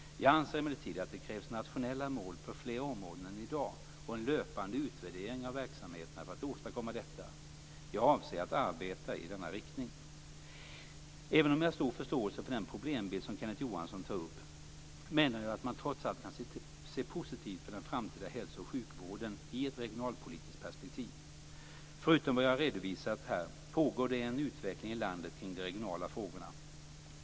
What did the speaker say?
Jag anser emellertid att det krävs nationella mål på fler områden än i dag och en löpande utvärdering av verksamheterna för att åstadkomma detta. Jag avser att arbeta i denna riktning. Även om jag har stor förståelse för den problembild som Kenneth Johansson tar upp menar jag att man trots allt kan se positivt på den framtida hälsooch sjukvården i ett regionalpolitiskt perspektiv. Förutom vad jag har redovisat här pågår det en utveckling i landet kring de regionala frågorna.